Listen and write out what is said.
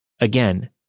Again